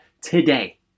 today